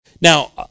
Now